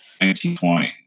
1920